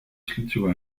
schlittschuhe